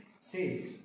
says